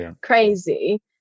crazy